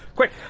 quick,